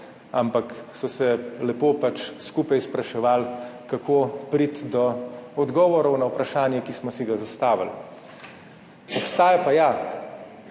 ampak so se lepo skupaj spraševali, kako priti do odgovorov na vprašanje, ki smo si ga zastavili. Obstaja pa ja